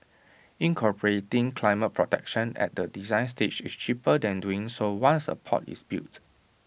incorporating climate protection at the design stage is cheaper than doing so once A port is built